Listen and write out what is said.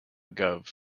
gov